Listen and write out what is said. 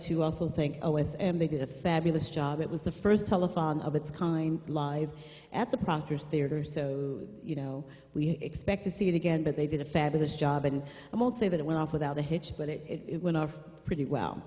to also thank o s and they did a fabulous job it was the first telephone of its kind live at the proctors theater so you know we expect to see it again but they did a fabulous job and i will say that it went off without a hitch but it went out pretty